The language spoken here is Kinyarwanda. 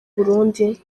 burundi